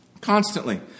constantly